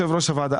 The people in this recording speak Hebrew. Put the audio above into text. המוכר החרדי קיבל.